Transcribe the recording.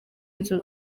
inzu